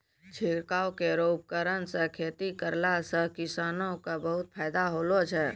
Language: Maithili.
छिड़काव केरो उपकरण सँ खेती करला सें किसानो क बहुत फायदा होलो छै